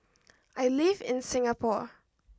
I live in Singapore